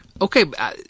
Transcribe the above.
Okay